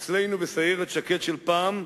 אצלנו, בסיירת שקד של פעם,